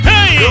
Hey